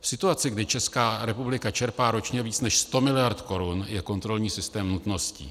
V situaci, kdy Česká republika čerpá ročně více, než 100 miliard korun, je kontrolní systém nutností.